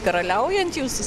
karaliauja ant jūsų